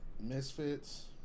Misfits